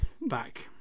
back